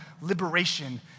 liberation